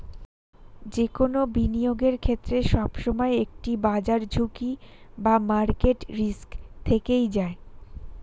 যে কোনো বিনিয়োগের ক্ষেত্রে, সবসময় একটি বাজার ঝুঁকি বা মার্কেট রিস্ক থেকেই যায়